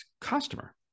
customer